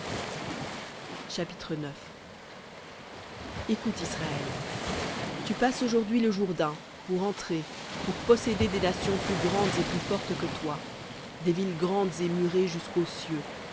chapitre écoute israël tu passes aujourd'hui le jourdain pour entrer pour posséder des nations plus grandes et plus fortes que toi des villes grandes et murées jusqu'aux cieux